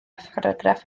pharagraff